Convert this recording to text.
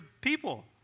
people